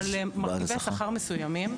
על מרכיבי שכר מסוימים,